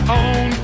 own